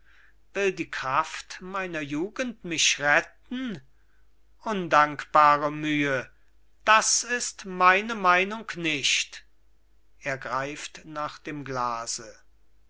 die kraft meiner jugend mich retten undankbare mühe das ist meine meinung nicht